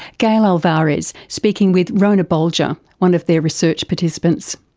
gail alvares speaking with rhona bolger, one of their research participants.